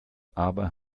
aber